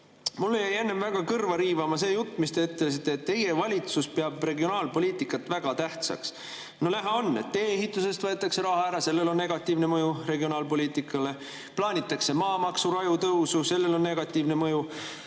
jäi enne kõrva riivama see jutt, mis te ütlesite, et teie valitsus peab regionaalpoliitikat väga tähtsaks. Näha on. Tee-ehitusest võetakse raha ära, sellel on negatiivne mõju regionaalpoliitikale. Plaanitakse maamaksu raju tõusu, sellel on negatiivne mõju.